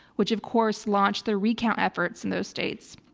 which of course launched the recount efforts in those states.